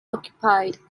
occupied